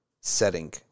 setting